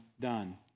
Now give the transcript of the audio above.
done